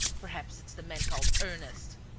perhaps it's the man called ernest.